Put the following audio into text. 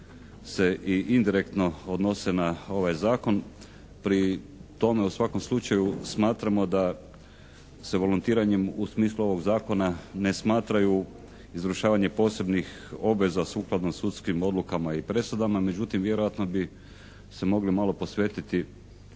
se i indirektno odnose na ovaj zakon. Pri tome u svakom slučaju smatramo da se volontiranjem u smislu ovog zakona ne smatraju izvršavanje posebnih obveza sukladno sudskim odlukama i presudama. Međutim, vjerojatno bi se mogli malo posvetiti